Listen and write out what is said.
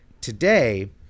Today